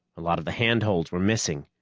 a lot of the handholds were missing,